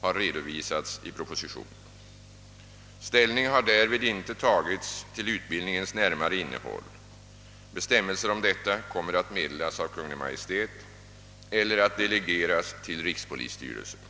har redovisats i propositionen. Ställning har därvid inte tagits till utbildningens närmare innehåll. Bestämmelser om detta kommer att meddelas av Kungl. Maj:t eller att delegeras till rikspolisstyrelsen.